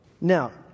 Now